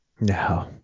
No